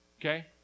okay